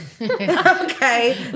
Okay